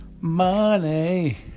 money